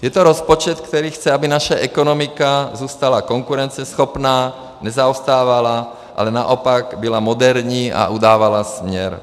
Je to rozpočet, který chce, aby naše ekonomika zůstala konkurenceschopná, nezaostávala, ale naopak byla moderní a udávala směr.